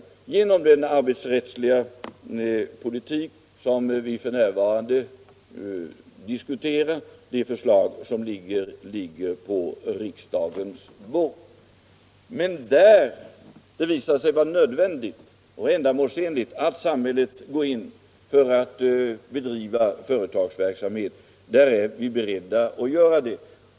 Det sker genom den arbetsrättslagstiftning som vi f. n. diskuterar och varom det ligger eu förslag på riksdagens bord. Men när det visar sig nödvändigt och ändamålsenligt att samhället går in för att driva en företagsverksamhet är vi beredda att göra det.